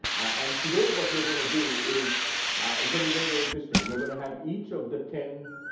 and today what we're going to do is is going to be very, very interesting. we're going to have each of the ten